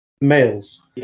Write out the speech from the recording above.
males